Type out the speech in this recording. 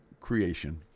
creation